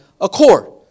accord